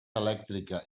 elèctrica